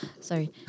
sorry